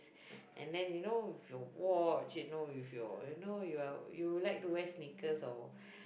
and then you know with your watch you know if your you know you are you like to wear sneakers or